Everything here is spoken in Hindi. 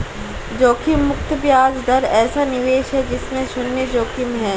जोखिम मुक्त ब्याज दर ऐसा निवेश है जिसमें शुन्य जोखिम है